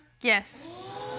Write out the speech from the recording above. Yes